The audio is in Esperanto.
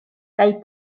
kaj